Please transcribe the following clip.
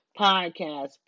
podcast